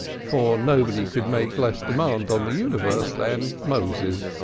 for nobody could make less demand on the universe than moses.